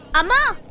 rama,